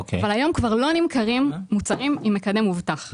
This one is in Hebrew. אבל היום כבר לא נמכרים מוצרים עם מקדם מובטח.